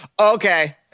Okay